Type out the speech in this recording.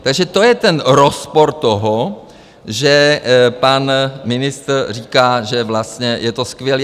Takže to je ten rozpor toho, že pan ministr říká, že vlastně je to skvělé.